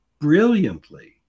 brilliantly